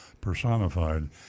personified